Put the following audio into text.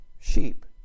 sheep